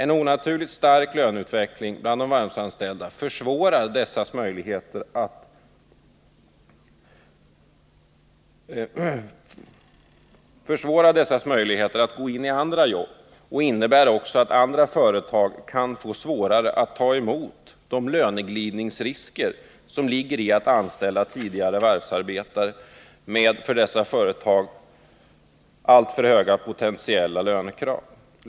En onaturligt stark löneutveckling bland de varvsanställda försvårar dessas möjligheter att gå in i andra jobb och innebär också att andra företag kan få svårare att ta emot de ”löneglidningsrisker” som ligger i att anställa tidigare varvsarbetare med för dessa företag alltför höga potentiella lönekrav.